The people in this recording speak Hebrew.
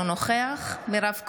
אינו נוכח מירב כהן,